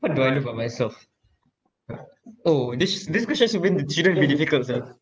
what do I love about myself orh this this question shouldn't be shouldn't be difficult also